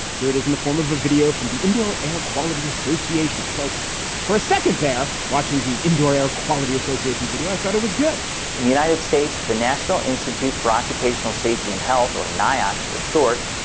here it is in the form of a video from the indoor air quality association. so for a second, they're watching the indoor air quality association video i thought it was good in the united states. the national institute for occupational safety and health, or nyasha, for short,